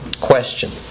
Question